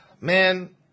Man